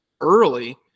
early